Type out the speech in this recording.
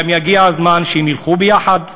האם יגיע זמן שהם ילכו ביחד?